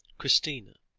christina,